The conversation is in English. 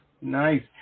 nice